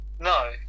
No